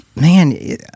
man